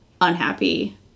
unhappy